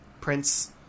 prince